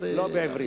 בעברית.